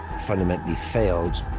fundamentally failed.